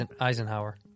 Eisenhower